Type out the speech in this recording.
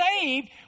saved